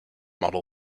model